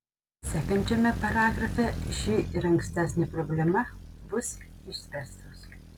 sekančiame paragrafe ši ir ankstesnė problema bus išspręstos